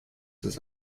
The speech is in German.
des